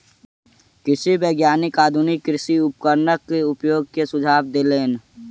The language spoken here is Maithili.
कृषि वैज्ञानिक आधुनिक कृषि उपकरणक उपयोग के सुझाव देलैन